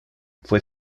fue